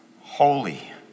holy